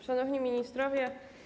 Szanowni Ministrowie!